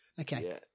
Okay